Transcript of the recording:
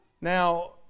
Now